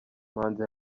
manzi